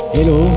Hello